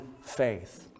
faith